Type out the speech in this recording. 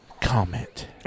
comment